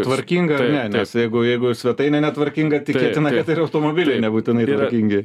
tvarkinga ar ne nes jeigu jeigu svetainė netvarkinga tikėtina kad ir automobiliai nebūtinai tvarkingi